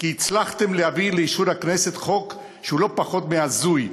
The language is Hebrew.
כי הצלחתם להביא לאישור הכנסת חוק שהוא לא פחות מהזוי.